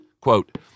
quote